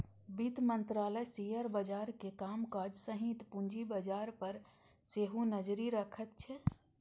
वित्त मंत्रालय शेयर बाजारक कामकाज सहित पूंजी बाजार पर सेहो नजरि रखैत छै